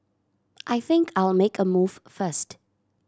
I think I will make a move first